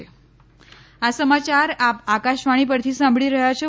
corona appeal આ સમાચાર આપ આકાશવાણી પરથી સાંભળી રહ્યા છો